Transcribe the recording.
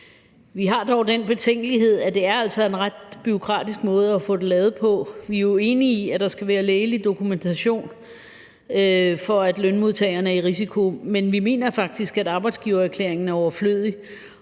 Vi har dog den betænkelighed, at det altså er en ret bureaukratisk måde, det er lavet på. Vi er jo enige i, at der skal være lægelig dokumentation for, at en lønmodtager er i risikogruppen, men vi mener faktisk, at arbejdsgivererklæringen er overflødig,